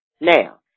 Now